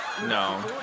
No